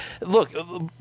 look